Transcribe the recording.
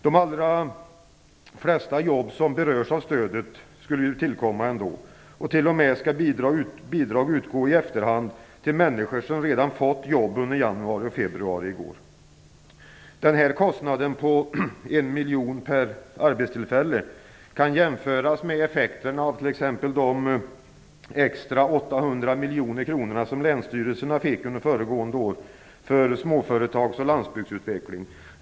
De allra flesta jobb som berörs av stödet skulle tillkomma ändå, och bidrag skall t.o.m. utgå i efterhand till människor som redan har fått jobb under januari och februari i år. Den här kostnaden på 1 miljon per arbetstillfälle kan t.ex. jämföras med effekten av de extra 800 miljoner kronor som länsstyrelserna fick under föregående år för småföretags och landsbygdsutveckling.